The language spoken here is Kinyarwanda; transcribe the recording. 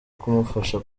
kumufasha